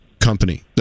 company